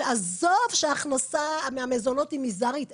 עזוב שההכנסה מהמזונות היא מזערית.